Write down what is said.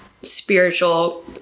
spiritual